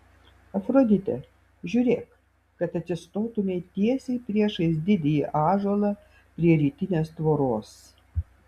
afrodite žiūrėk kad atsistotumei tiesiai priešais didįjį ąžuolą prie rytinės tvoros